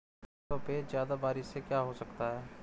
खेतों पे ज्यादा बारिश से क्या हो सकता है?